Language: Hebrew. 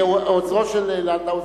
עוזרו של לנדאו,